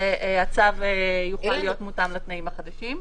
והצו יוכל להיות מותאם לתנאים החדשים.